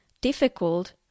difficult